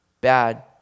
bad